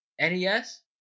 NES